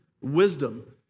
wisdom